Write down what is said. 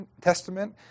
Testament